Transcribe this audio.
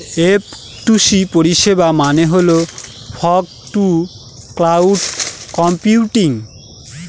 F two C পরিষেবা মানে হল ফগ টু ক্লাউড কম্পিউটিং